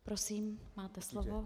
Prosím, máte slovo.